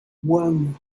one